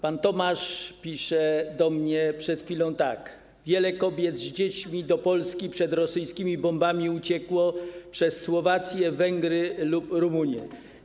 Pan Tomasz pisze do mnie przed chwilą tak: wiele kobiet z dziećmi do Polski przed rosyjskimi bombami uciekło przez Słowację, Węgry lub Rumunię.